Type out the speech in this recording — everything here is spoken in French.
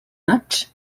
matchs